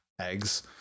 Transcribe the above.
eggs